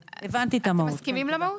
אתם מסכימים למהות?